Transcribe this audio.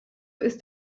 ist